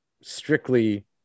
strictly